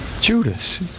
Judas